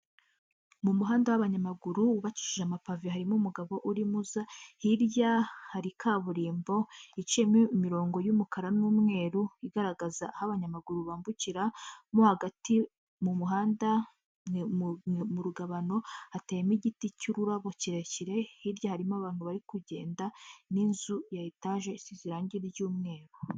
Mu muhanda w'abanyamaguru wubabakishije amapave harimo umugabo urimo uza hirya hari kaburimbo iciyemo imirongo y'umukara n'umweru, igaragaza aho abanyamaguru bambukira, mo hagati mu muhanda ni mu rugabano hatemo igiti cy'ururabo kirekire hirya harimo abantu bari kugenda n'inzu ya etage isize irangi ry'umweru.